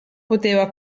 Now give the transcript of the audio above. poteva